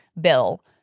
Bill